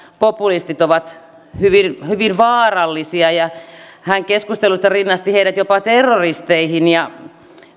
populistit ovat hyvin hyvin vaarallisia hän keskustelussa rinnasti heidät jopa terroristeihin ja